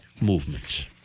movements